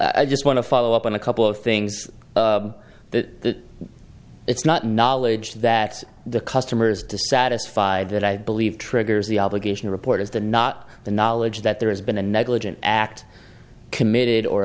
i just want to follow up on a couple of things that it's not knowledge that the customers dissatisfied that i believe triggers the obligation report is the not the knowledge that there has been a negligent act committed or